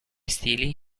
stili